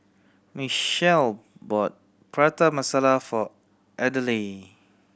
Michele bought Prata Masala for Adelaide